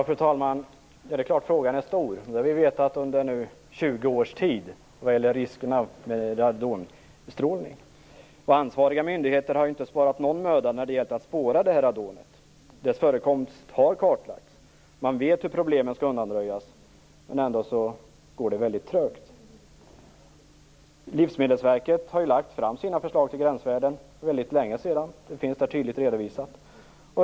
Fru talman! Det är klart att frågan är stor. Det har vi vetat i 20 års tid, vad gäller riskerna med radonstrålningen. Ansvariga myndigheter har inte sparat någon möda när det har gällt att spåra radonet. Dess förekomst har kartlagts. Man vet hur problemen skall undanröjas. Men ändå går det väldigt trögt. Livsmedelsverket har lagt fram sina förslag till gränsvärden för länge sedan; det finns tydligt redovisat.